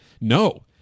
no